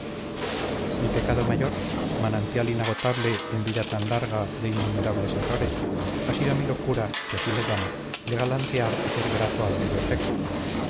mi pecado mayor manantial inagotable en vida tan larga de innumerables errores ha sido mi locura que así la llamo de galantear y ser grato al bello sexo